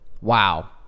Wow